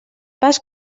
pas